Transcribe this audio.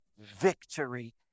victory